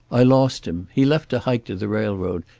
i lost him. he left to hike to the railroad,